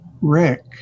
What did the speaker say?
Rick